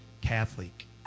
Catholic